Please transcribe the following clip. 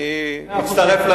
אני מצטרף,